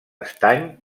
estany